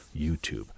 YouTube